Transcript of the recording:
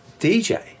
DJ